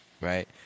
right